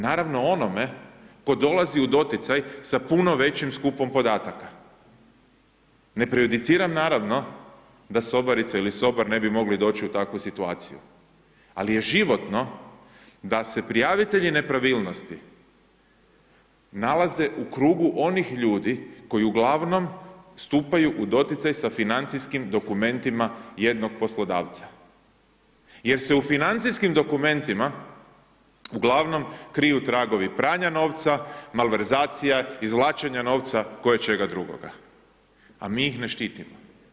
Naravno, onome tko dolazi u doticaj sa puno većim skupom podataka, ne prejudiciram, naravno, da sobarica ili sobar ne bi mogli doći u takvu situaciju, ali je životno da se prijavitelji nepravilnosti nalaze u krugu onih ljudi koji uglavnom stupaju u doticaj sa financijskim dokumentima jednog poslodavca jer se u financijskim dokumentima uglavnom kriju tragovi pranja novca, malverzacija, izvlačenje novca, koje čega drugoga, a mi ih ne štitimo.